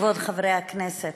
כבוד חברי הכנסת,